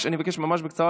אני מבקש ממש בקצרה,